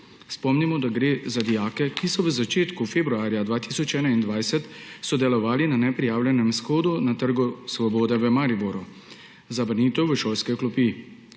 Spomnimo, da gre za dijake, ki so v začetku februarja 2021 sodelovali na neprijavljenem shodu na Trgu svobode v Mariboru za vrnitev v šolske klopi.